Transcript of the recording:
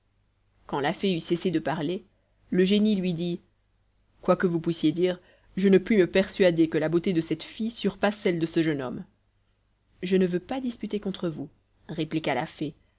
quand la fée eut cessé de parler le génie lui dit quoique vous puissiez dire je ne puis me persuader que la beauté de cette fille surpasse celle de ce jeune homme je ne veux pas disputer contre vous répliqua la fée